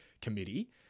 committee